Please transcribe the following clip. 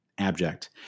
abject